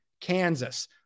Kansas